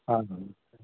हा हा